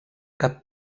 cap